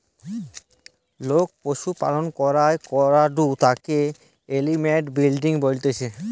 লোক পশুর লালন পালন করাঢু তাকে এনিম্যাল ব্রিডিং বলতিছে